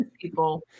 people